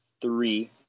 three